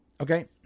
Okay